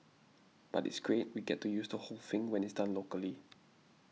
but it's great we get to use the whole thing when it's done locally